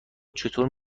چطوری